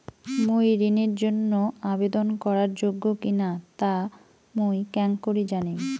মুই ঋণের জন্য আবেদন করার যোগ্য কিনা তা মুই কেঙকরি জানিম?